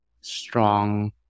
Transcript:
strong